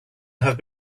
have